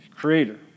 Creator